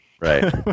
Right